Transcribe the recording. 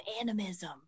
animism